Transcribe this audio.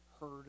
heard